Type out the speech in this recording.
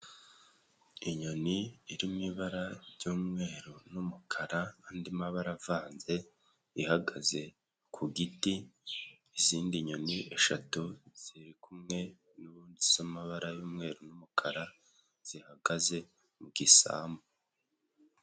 Inyoni iri mu ibara ry'umweru n'umukara andi mabara avanze ihagaze ku giti, izindi nyoni eshatu zirikumwe z'amabara y'umweru n'umukara zihagaze mu gisambu.